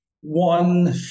one